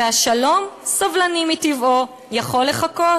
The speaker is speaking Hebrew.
והשלום, סובלני מטבעו, יכול לחכות.